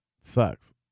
sucks